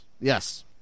Yes